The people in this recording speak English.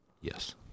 Yes